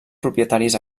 propietaris